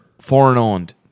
foreign-owned